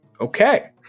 Okay